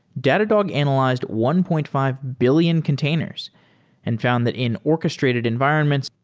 datadog analyzed one point five billion containers and found that in orchestrated environments,